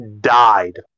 died